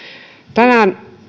tänään